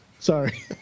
Sorry